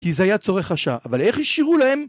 כי זה היה צורך השעה, אבל איך השאירו להם?